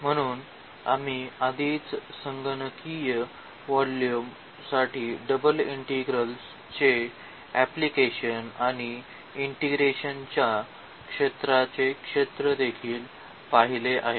म्हणून आम्ही आधीच संगणकीय व्हॉल्युम साठी डबल इंटिग्रल्स चे अँप्लिकेशन आणि इंटिग्रेशन च्या क्षेत्राचे क्षेत्र देखील पाहिले आहे